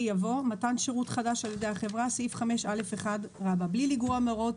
יבוא: "מתן שירות חדש על ידי החברה 5א1. בלי לגרוע מהוראות